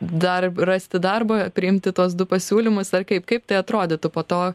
dar rasti darbą priimti tuos du pasiūlymus ar kaip kaip tai atrodytų po to